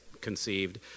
conceived